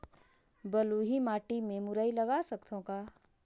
बलुही माटी मे मुरई लगा सकथव का?